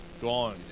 Gone